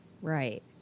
Right